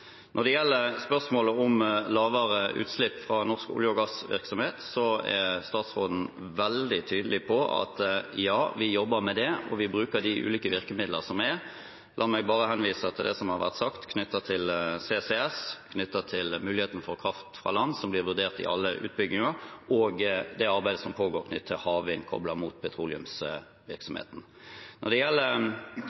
Når det gjelder spørsmålet om lavere utslipp fra norsk olje- og gassvirksomhet, er statsråden veldig tydelig på at ja, vi jobber med det, og vi bruker de ulike virkemidler som er. La meg bare henvise til det som har vært sagt knyttet til CCS, knyttet til muligheten for kraft fra land, som blir vurdert i alle utbygginger, og det arbeidet som pågår knyttet til havvind koblet mot